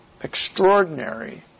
extraordinary